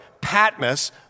Patmos